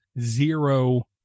zero